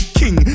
king